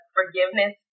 forgiveness